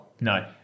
no